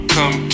Come